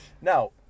Now